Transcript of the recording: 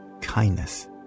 kindness